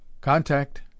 contact